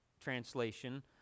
translation